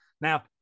Now